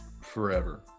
forever